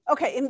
Okay